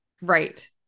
Right